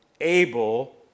able